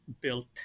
built